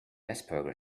asperger